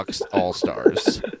All-Stars